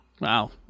wow